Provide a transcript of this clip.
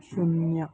शून्य